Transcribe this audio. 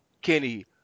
Kenny